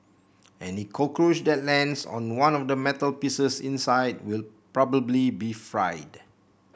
any cockroach that lands on one of the metal pieces inside will probably be fried